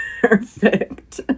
Perfect